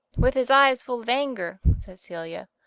with his eyes full of anger, said celia.